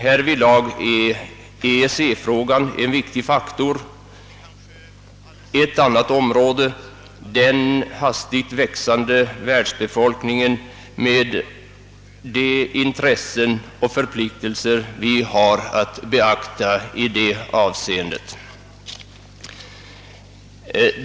Härvidlag är EEC-frågan en viktig faktor. Vi har även att beakta den hastiga tillväxten av världsbefolkningen under hänsynstagande av våra intressen och förpliktelser i det avseendet.